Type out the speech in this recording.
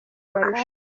marushanwa